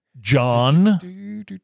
John